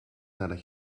nadat